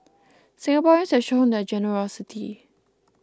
Singaporeans have shown their generosity